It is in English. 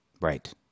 right